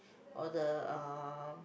or the uh